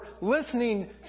listening